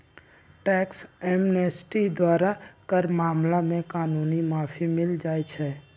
tax amnesty द्वारा कर मामला में कानूनी माफी मिल जाइ छै